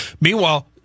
Meanwhile